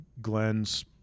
glenn's